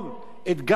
שפוקד אותנו.